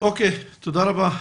תודה רבה.